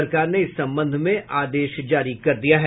सरकार ने इस संबंध में आदेश जारी कर दिया है